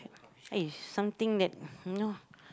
eh something that you know